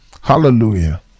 Hallelujah